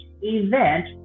event